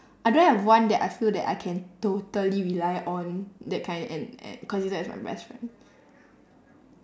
I don't have one that I feel that I can totally rely on that kind and and consider as my best friend